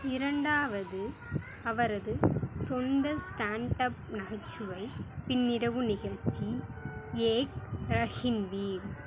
இரண்டாவது அவரது சொந்த ஸ்டாண்ட் அப் நகைச்சுவை பின்னிரவு நிகழ்ச்சி ஏக் ரஹின் வீர்